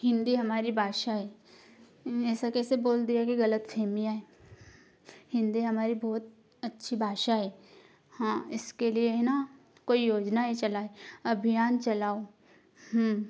हिंदी हमारी भाषा है ऐसे कैसे बोल दिया कि गलतफहमियाँ हैं हिंदी हमारी बहुत अच्छी भाषा है हाँ इसके लिए है ना कोई योजनाएँ चलाए अभियान चलाओ